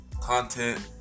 content